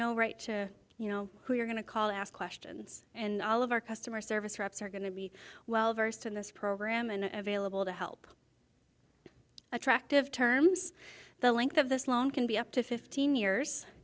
know right to you know who you're going to call ask questions and all of our customer service reps are going to be well versed in this program and available to help attractive terms the length of this long can be up to fifteen years